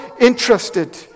interested